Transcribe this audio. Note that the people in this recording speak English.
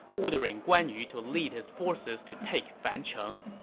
ordering guan yu to lead his forces to take fancheng.